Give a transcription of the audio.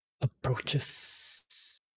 approaches